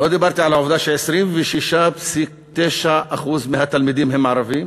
לא דיברתי על העובדה ש-26.9% מהתלמידים הם ערבים,